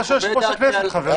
זו החלטה של יושב-ראש הכנסת, חברים.